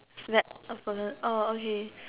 that oh okay